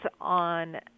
on